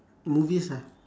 movies lah